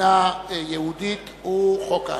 מדינה יהודית הוא חוק-על,